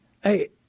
Hey